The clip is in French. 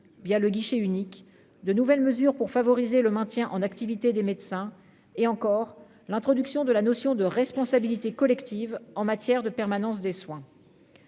via le guichet unique de nouvelles mesures pour favoriser le maintien en activité des médecins et encore l'introduction de la notion de responsabilité collective en matière de permanence des soins.